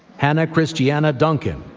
hannah christiana duncan,